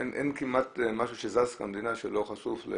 אין כמעט משהו שזז במדינה שלא חשוף.